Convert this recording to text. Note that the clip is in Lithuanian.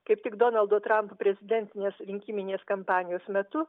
kaip tik donaldo trampo prezidentinės rinkiminės kampanijos metu